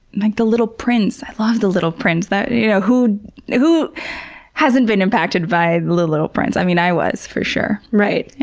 like, the little prince. i love the little prince! you know who who hasn't been impacted by the little little prince? i mean i was for sure. right.